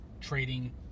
trading